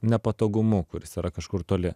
nepatogumu kuris yra kažkur toli